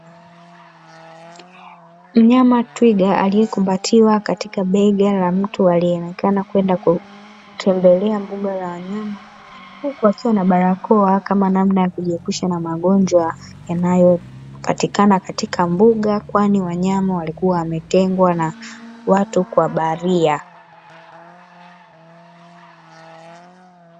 Mnyama Twiga aliekumbatiwa katika bega la mtu alieonekana kwenda kutembelea mbuga za wanyama, huku akiwa na barakoa kama namna ya kujiepusha na magonjwa yanayopatikana katika mbuga kwani wanyama walikua wametengwa na watu kwa baria.